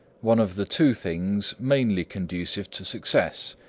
one of the two things mainly conducive to success,